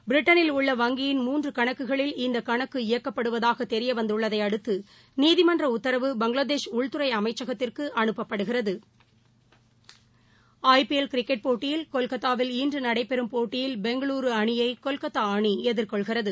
பிரிட்டனில் உள்ள வங்கியின் மூன்று கணக்குகளில் இந்த கணக்கு இயக்கப்படுவதாக தெரியவந்துள்ளதை அடுத்து நீதிமன்ற உத்தரவு பங்களாதேஷ் உள்துறை அமைச்சகத்திற்கு அனுப்பப்படுகிறது ஐ பி எல் கிரிக்கெட் போட்டியில் கொல்கத்தாவில் இன்று நடைபெறும் போட்டியில் பெங்களுரு அணியை கொல்கத்தா அணி எதிர்கொள்கிறது